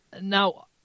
Now